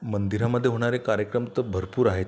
मंदिरामध्ये होणारे कार्यक्रम तर भरपूर आहेत